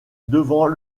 devant